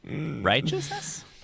Righteousness